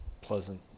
pleasant